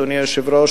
אדוני היושב-ראש,